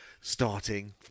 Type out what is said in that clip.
Starting